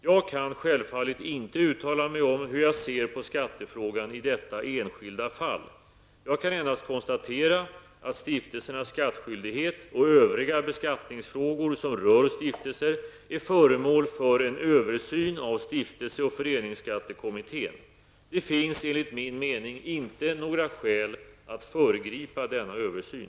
Jag kan självfallet inte uttala mig om hur jag ser på skattefrågan i detta enskilda fall. Jag kan endast konstatera att stiftelsernas skattskyldighet och övriga beskattningsfrågor som rör stiftelser är föremål för en översyn av stiftelseoch föreningsskattekommittén . Det finns, enligt min mening, inte några skäl att föregripa denna översyn.